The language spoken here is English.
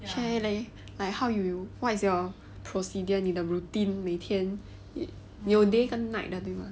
share leh like how you what is your procedure 你的 routine 每天有 day 跟 night 的对吗